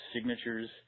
signatures